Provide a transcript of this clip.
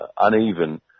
uneven